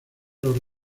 los